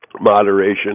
moderation